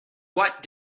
what